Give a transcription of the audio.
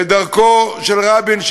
ואת דרכו של רבין,